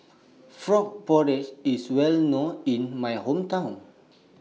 Frog Porridge IS Well known in My Hometown